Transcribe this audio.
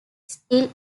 still